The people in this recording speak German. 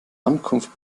ankunft